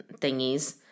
thingies